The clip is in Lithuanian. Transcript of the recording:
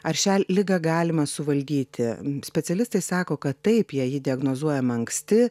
ar šią ligą galima suvaldyti specialistai sako kad taip jei ji diagnozuojama anksti